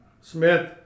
Smith